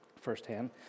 firsthand